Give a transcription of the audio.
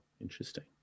interesting